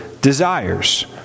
desires